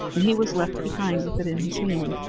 and he was left behind with it in his hand.